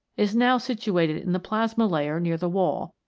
is now situated in the plasma layer near the wall,